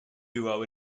duo